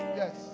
yes